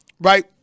right